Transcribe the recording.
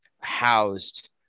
housed